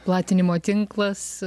platinimo tinklas